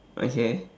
okay